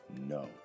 no